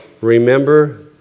remember